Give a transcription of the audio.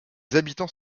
habitants